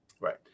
Right